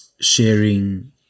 sharing